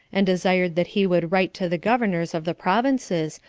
and desired that he would write to the governors of the provinces,